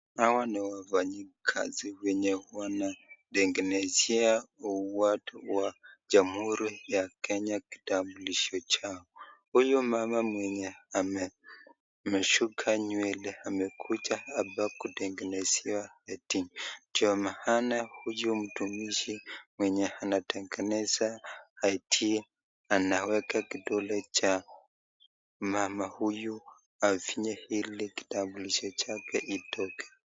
Hawa ni wafanyakazi wenye wanatengenezea watu wa Jamhuri ya Kenya kitambulisho chao. Huyu mama mwenye ameshuka nywele, amekuja hapa kutengenezewa, I.D. Ndio maana huyu mtumishi mwenye anatengeneza, I.D, anaweka kidole cha mama huyu afinye ili kitambulisho chake itoke.